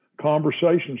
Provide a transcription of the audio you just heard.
conversations